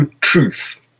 truth